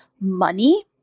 money